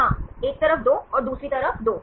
हाँ एक तरफ 2 और दूसरी तरफ 2